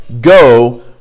go